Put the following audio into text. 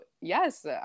yes